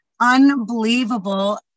unbelievable